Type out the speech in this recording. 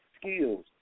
skills